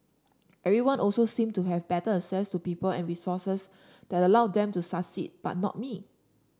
everyone also seemed to have better access to people and resources that allowed them to succeed but not me